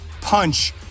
punch